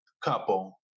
couple